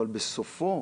אבל בסופו,